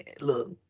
Look